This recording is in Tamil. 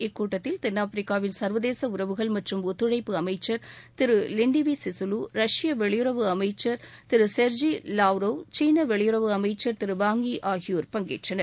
இக்கூட்டத்தில் தென்னாப்பிரிக்காவின் சர்வதேச உறவுகள் மற்றும் ஒத்துழைப்பு அமைச்சர் திரு விண்டிவி சிகலு ரஷ்ய வெளியுறவு அமைச்சர் திரு சர்ஜி ரால்ரோவ் சீன வெளியுறுவு அமைச்சர் திரு வாங் ஈ ஆகியோர் பங்கேற்றனர்